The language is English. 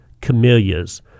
camellias